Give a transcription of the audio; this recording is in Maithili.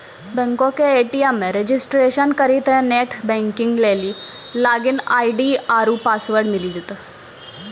बैंको के ए.टी.एम मे रजिस्ट्रेशन करितेंह नेट बैंकिग लेली लागिन आई.डी आरु पासवर्ड मिली जैतै